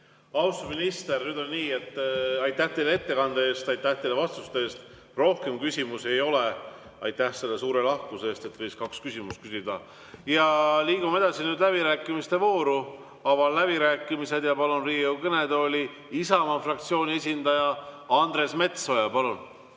Austatud minister! Nüüd on nii, et aitäh teile ettekande eest, aitäh teile vastuste eest! Rohkem küsimusi ei ole. Aitäh selle suure lahkuse eest, et võis kaks küsimust küsida! Liigume läbirääkimiste vooru. Avan läbirääkimised. Palun Riigikogu kõnetooli Isamaa fraktsiooni esindaja Andres Metsoja. Aitäh,